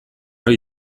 ohi